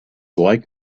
like